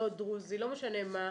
לא משנה מה,